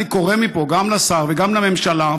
אני קורא מפה גם לשר וגם לממשלה,